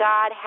God